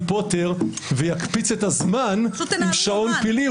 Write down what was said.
פוטר" ויקפיץ את הזמן עם שעון פלאי -- פשוט תנהלו יומן.